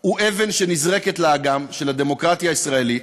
הוא אבן שנזרקת לאגם של הדמוקרטיה הישראלית,